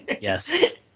yes